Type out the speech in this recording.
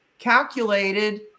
calculated